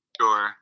Sure